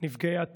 נפגעי הטרור,